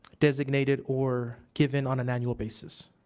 designated or given on an annual basis.